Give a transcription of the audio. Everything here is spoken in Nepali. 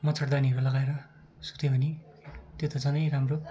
मच्छरदानीहरू लगाएर सुत्यो भने त्यो त झनै राम्रो